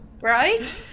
right